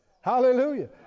Hallelujah